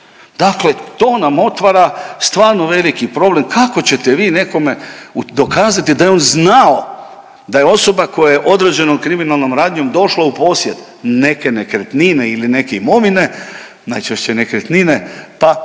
Dakle, to nam otvara stvarno veliki problem kako ćete vi nekome dokazati da je on zna da je osoba koja je određenom kriminalnom radnjom došla u posjed neke nekretnine ili neke imovine, najčešće nekretnine pa